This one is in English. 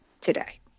today